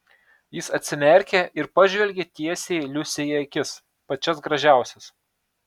jis atsimerkė ir pažvelgė tiesiai liusei į akis pačias gražiausias